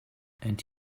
and